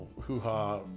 hoo-ha